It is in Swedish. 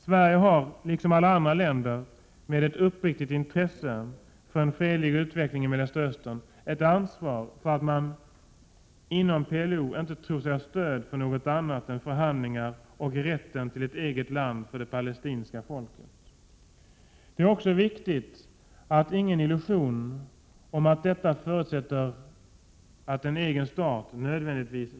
Sverige har, liksom alla andra länder med ett uppriktigt intresse för en fredlig utveckling i Mellersta Östern, ett ansvar för att man inom PLO inte tror sig ha stöd för något annat än förhandlingar och rätten till ett eget land för det palestinska folket. Det är också viktigt att ingen illusion skapas om att detta förutsätter en egen stat.